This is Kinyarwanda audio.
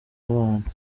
bantu